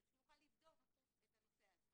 כדי שנוכל לבדוק את הנושא הזה.